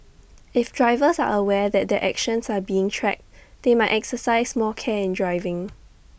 if drivers are aware that their actions are being tracked they might exercise more care in driving